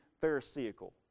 pharisaical